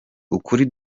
ukuri